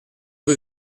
rue